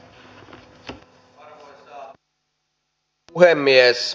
arvoisa puhemies